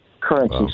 currency